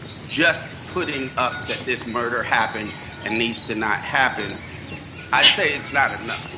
just putting up that this murder happened and needs to not happen i say it's not enough.